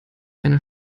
eine